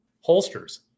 holsters